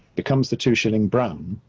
becomes the two shilling brown,